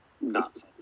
nonsense